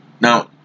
now